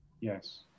Yes